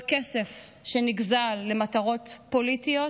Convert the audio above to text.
כל כסף שנגזל למטרות פוליטיות